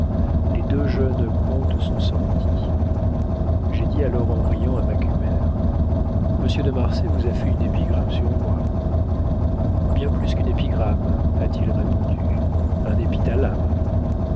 les deux jeunes comtes sont sortis j'ai dit alors en riant à macumer monsieur de marsay vous a fait une épigramme sur moi bien plus qu'une épigramme a-t-il répondu un épithalame